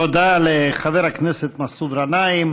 תודה לחבר הכנסת מסעוד גנאים.